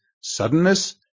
Suddenness